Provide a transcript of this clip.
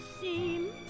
seem